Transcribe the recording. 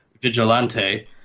vigilante